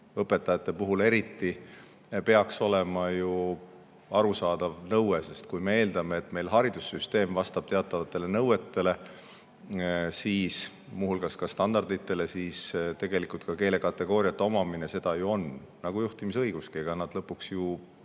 õpetajate puhul eriti, peaks olema arusaadav nõue. Kui me eeldame, et meil haridussüsteem vastab teatavatele nõuetele, muu hulgas ka standarditele, siis tegelikult ka teatud keelekategooria omamine seda ju on. Nagu juhtimisõiguski. Ega need lõpuks